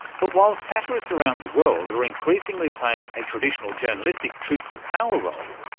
but while satirists around the world are increasingly playing a traditional journalistic truth to power role,